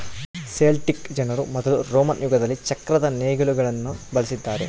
Celtic ಜನರು ಮೊದಲು Roman ಯುಗದಲ್ಲಿ ಚಕ್ರದ ನೇಗಿಲುಗುಳ್ನ ಬಳಸಿದ್ದಾರೆ